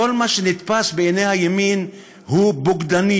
כל מה שנתפס בעיני הימין כבוגדני,